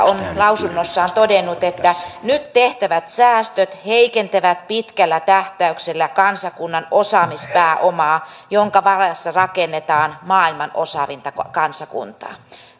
on lausunnossaan todennut että nyt tehtävät säästöt heikentävät pitkällä tähtäyksellä kansakunnan osaamispääomaa jonka varassa rakennetaan maailman osaavinta kansakuntaa